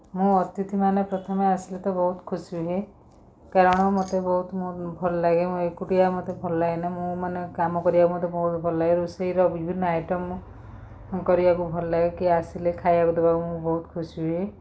ମୁଁ ଅତିଥିମାନେ ପ୍ରଥମେ ଆସିଲେ ତ ବହୁତ ଖୁସି ହୁଏ କାରଣ ମୋତେ ବହୁତ ଭଲ ଲାଗେ ଏକୁଟିଆ ମୋତେ ଭଲ ଲାଗେନି ମୁଁ ମାନେ କାମ କରିବାକୁ ମୋତେ ବହୁତ ଭଲ ଲାଗେ ରୋଷେଇର ବିଭିନ୍ନ ଆଇଟମ୍ ମୁଁ କରିବାକୁ ଭଲ ଲାଗେ କିଏ ଆସିଲେ ଖାଇବାକୁ ଦେବାକୁ ମୁଁ ବହୁତ ଖୁସି ହୁଏ